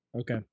Okay